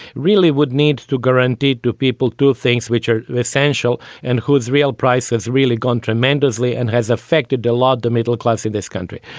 really would need to guarantee two people, two things which are essential and who real price has really gone tremendously and has affected a lot the middle class in this country.